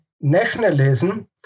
nationalism